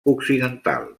occidental